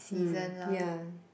hmm ya